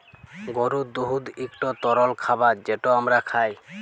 গরুর দুহুদ ইকট তরল খাবার যেট আমরা খাই